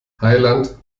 heiland